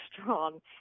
strong